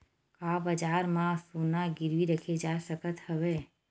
का बजार म सोना गिरवी रखे जा सकत हवय?